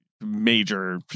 major